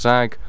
Zag